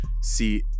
See